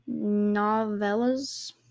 Novellas